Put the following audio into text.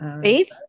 faith